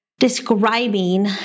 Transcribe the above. describing